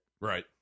Right